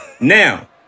now